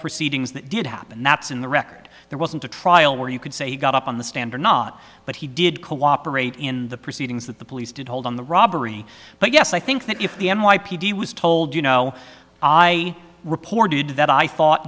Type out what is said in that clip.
proceedings that did happen that's in the record there wasn't a trial where you could say got up on the standard not but he did cooperate in the proceedings that the police did hold on the robbery but yes i think that if the n y p d was told you know i reported that i thought